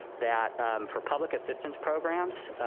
that for public assistance programs,